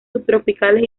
subtropicales